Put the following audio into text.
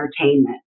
entertainment